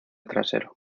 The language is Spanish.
trasero